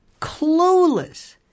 Clueless